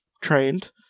trained